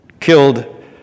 killed